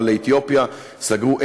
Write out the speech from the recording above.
אבל לאתיופיה סגרו.